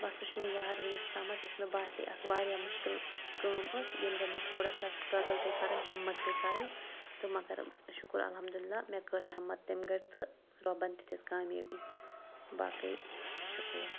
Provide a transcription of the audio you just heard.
بَس سُہ چھِ مےٚ یاد وٕنِس تامَتھ یُس مےٚ باسے اَکھ واریاہ مُشکِل کٲم ٲس ییٚمہِ گٔرۍ مےٚ تھوڑا سا سٹرٛگٕل پے کَرٕنۍ ہٮ۪مت پے کَرٕنۍ تہٕ مگر شُکُر الحمدُاللہ مےٚ کٔر ہٮ۪مت تَمہِ گرۍ تہٕ رۄبَن تہِ دِژ کامیٲبی باقٕے شُکریہ